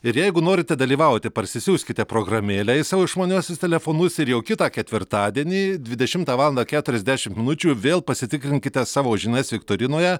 ir jeigu norite dalyvauti parsisiųskite programėlę į savo išmaniuosius telefonus ir jau kitą ketvirtadienį dvidešimtą valandą keturiasdešim minučių vėl pasitikrinkite savo žinias viktorinoje